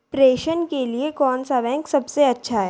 प्रेषण के लिए कौन सा बैंक सबसे अच्छा है?